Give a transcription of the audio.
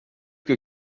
que